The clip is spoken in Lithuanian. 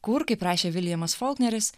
kur kaip rašė viljamas folkneris